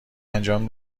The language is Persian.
انجام